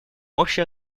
общее